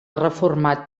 reformat